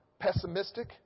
pessimistic